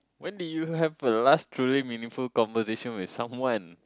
when did you have your last truly meaningful conversation with someone